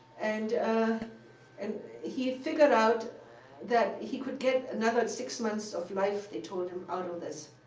and ah and he figured out that he could get another six months of life they told him out of this.